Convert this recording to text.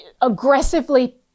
aggressively